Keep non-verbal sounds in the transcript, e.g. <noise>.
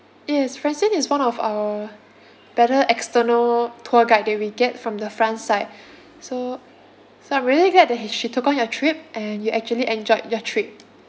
yes francine is one of our better external tour guide that we get from the france side <breath> so so I'm really glad that she took on your trip and you actually enjoyed your trip